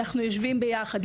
כולם יושבים ביחד.